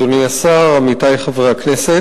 תודה רבה, אדוני השר, עמיתי חברי הכנסת,